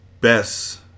Best